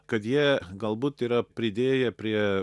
kad jie galbūt yra pridėję prie